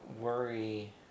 worry